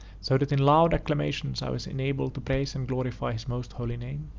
so that in loud acclamations i was enabled to praise and glorify his most holy name.